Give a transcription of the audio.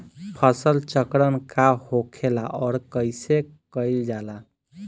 फसल चक्रण का होखेला और कईसे कईल जाला?